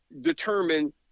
determine